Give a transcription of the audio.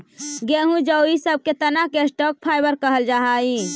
गेहूँ जौ इ सब के तना के स्टॉक फाइवर कहल जा हई